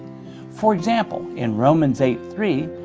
for example, in romans eight three,